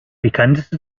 bekannteste